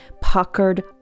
puckered